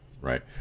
right